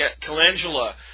calendula